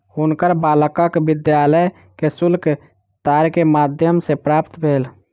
हुनकर बालकक विद्यालय के शुल्क तार के माध्यम सॅ प्राप्त भेल